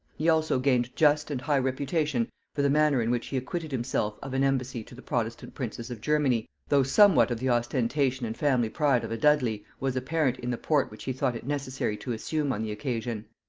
he also gained just and high reputation for the manner in which he acquitted himself of an embassy to the protestant princes of germany, though somewhat of the ostentation and family pride of a dudley was apparent in the port which he thought it necessary to assume on the occasion.